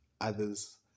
others